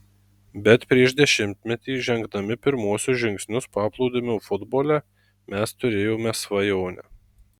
bet prieš dešimtmetį žengdami pirmuosius žingsnius paplūdimio futbole mes turėjome svajonę